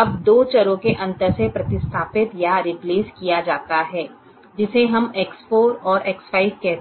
अब दो चरों के अंतर से प्रतिस्थापित या रिप्लेस किया जाता है जिसे हम X4 और X5 कहते हैं